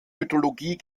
mythologie